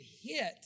hit